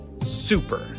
super